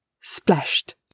splashed